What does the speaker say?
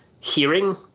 hearing